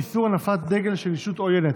איסור הנפת דגל של ישות עוינת),